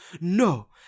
No